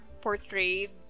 portrayed